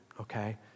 okay